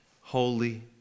holy